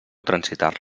transitar